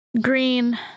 Green